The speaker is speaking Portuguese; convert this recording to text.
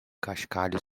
cascalho